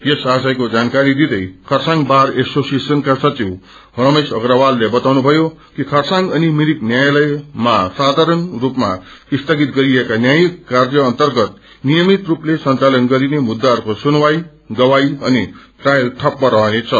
यस आशयको जानकारी दिँदै खरसाङ बार एसोसिएशनका सचिव रमेश अग्रवालले बताउनुभयो कि खरसाङ अनि मिरिक न्यायालय साधारण स्पमा स्थगित गरिएका न्यायिक कार्य अन्तर्गत नियमित स्पले संघालन गरिने मुद्दाहरूको सुनवाई गवाश्री अनि द्रायल ठप्प रहनेछ